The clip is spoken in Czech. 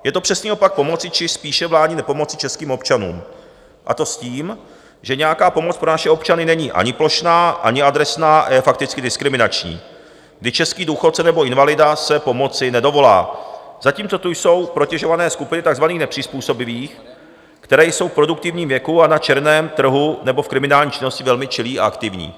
Je to přesný opak pomoci či spíše vládní nepomoci českým občanům, a to s tím, že nějaká pomoc pro naše občany není ani plošná, ani adresná a je fakticky diskriminační, kdy český důchodce nebo invalida se pomoci nedovolá, zatímco tu jsou protežované skupiny takzvaných nepřizpůsobivých, kteří jsou v produktivním věku a na černém trhu nebo v kriminální činnosti velmi čilí a aktivní.